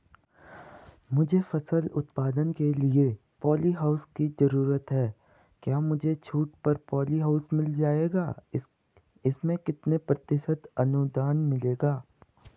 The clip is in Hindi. मुझे फसल उत्पादन के लिए प ॉलीहाउस की जरूरत है क्या मुझे छूट पर पॉलीहाउस मिल जाएगा इसमें कितने प्रतिशत अनुदान मिलेगा?